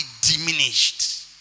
diminished